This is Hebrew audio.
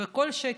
וכל שקל,